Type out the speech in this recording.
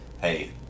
hey